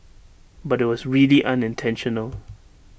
but IT was really unintentional